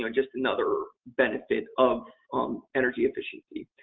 um just another benefit of um energy efficiency.